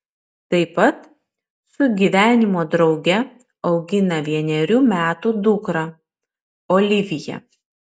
tai pat su gyvenimo drauge augina vienerių metų dukrą oliviją